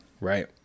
Right